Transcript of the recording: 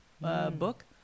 book